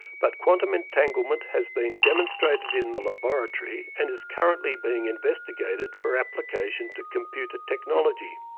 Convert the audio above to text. but quantum entanglement has been demonstrated in the laboratory and is currently being investigated for application to computer technology.